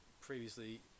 previously